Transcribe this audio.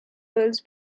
was